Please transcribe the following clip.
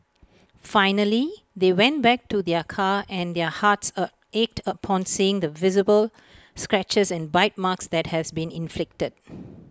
finally they went back to their car and their hearts A ached upon seeing the visible scratches and bite marks that had been inflicted